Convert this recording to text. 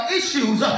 issues